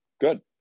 good